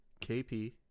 KP